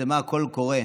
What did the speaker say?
פרסמה קול קורא,